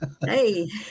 Hey